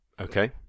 Okay